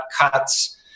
cuts